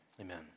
Amen